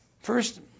First